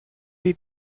the